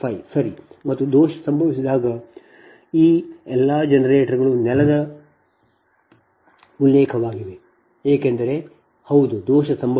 5 ಸರಿ ಮತ್ತು ದೋಷ ಸಂಭವಿಸಿದಾಗ ಈ ಜನರೇಟರ್ಗಳು ನೆಲದ ಎಲ್ಲವು ಉಲ್ಲೇಖವಾಗಿದೆ ಏಕೆಂದರೆ ಹೌದು ದೋಷ ಸಂಭವಿಸಿದೆ